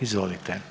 Izvolite.